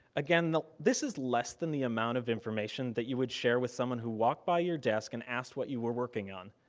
again, this is less than the amount of information that you would share with someone who walked by your desk and asked what you were working on,